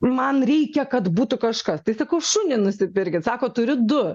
man reikia kad būtų kažkas tai sakau šunį nusipirkit sako turiu du